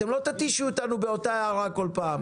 אתם לא תתישו אותנו באותה הערה בכל פעם.